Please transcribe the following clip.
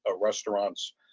restaurant's